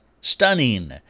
Stunning